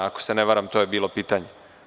Ako se ne varam, to je bilo pitanje.